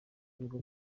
ibigo